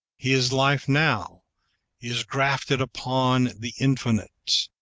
his life now is grafted upon the infinite,